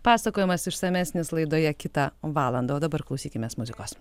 pasakojimas išsamesnis laidoje kitą valandą o dabar klausykimės muzikos